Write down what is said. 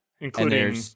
including